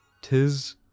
Tis